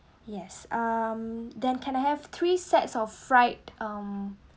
yes um then can have three sets of fried um